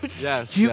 Yes